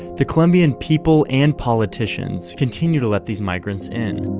the colombian people and politicians continue to let these migrants in.